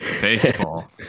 Baseball